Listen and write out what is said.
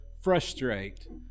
frustrate